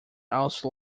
also